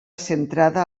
centrada